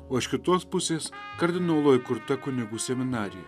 o iš kitos pusės kardinolo įkurta kunigų seminarija